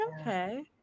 Okay